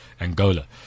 Angola